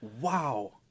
Wow